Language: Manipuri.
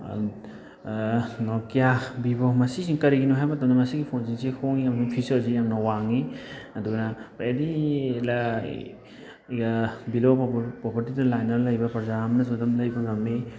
ꯅꯣꯀꯤꯌꯥ ꯕꯤꯕꯣ ꯃꯁꯤꯁꯤ ꯀꯔꯤꯒꯤꯅꯣ ꯍꯥꯏꯕ ꯃꯇꯝꯗ ꯃꯁꯤꯒꯤ ꯐꯣꯟꯁꯤꯡꯁꯦ ꯍꯣꯡꯉꯤ ꯑꯃꯁꯨꯡ ꯐꯤꯆꯔꯁꯦ ꯌꯥꯝꯅ ꯋꯥꯡꯉꯤ ꯑꯗꯨꯒ ꯑꯦꯅꯤ ꯕꯤꯂꯣ ꯄ꯭ꯔꯣꯕꯔꯇꯤꯗ ꯂꯥꯏꯟꯗ ꯂꯩꯕ ꯄ꯭ꯔꯖꯥ ꯑꯃꯅꯁꯨ ꯑꯗꯨꯝ ꯂꯩꯕ ꯉꯝꯃꯤ